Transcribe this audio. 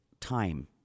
time